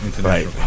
right